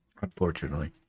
Unfortunately